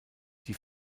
die